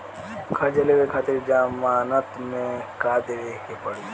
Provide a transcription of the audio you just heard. कर्जा लेवे खातिर जमानत मे का देवे के पड़ी?